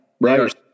Right